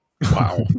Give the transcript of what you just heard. Wow